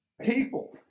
people